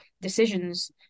decisions